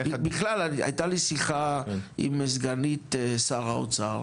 בכלל, הייתה לי שיחה עם סגנית שר האוצר,